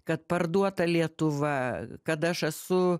kad parduota lietuva kad aš esu